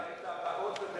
את הבעות הדעה?